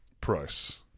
Price